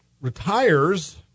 retires